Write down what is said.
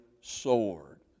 sword